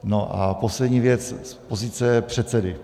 No a poslední věc z pozice předsedy.